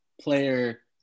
player